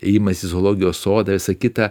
ėjimas į zoologijos sodą visa kita